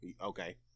okay